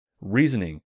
reasoning